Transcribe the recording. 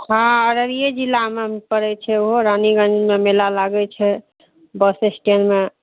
हँ अररिए जिलामे पड़ै छै ओहो रानीगञ्जमे मेला लागै छै बस स्टैण्डमे